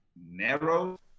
narrow